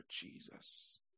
Jesus